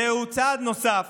זהו צעד נוסף